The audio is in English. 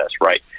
right